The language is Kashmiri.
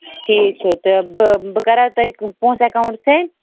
ٹھیٖک چھُ تہٕ بہٕ بہٕ کَرا تۄہہِ پونٛسہٕ ایٚکاوُنٹ سیٚنڈ